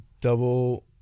double